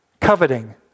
coveting